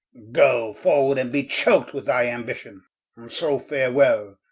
goe forward, and be choak'd with thy ambition and so farwell,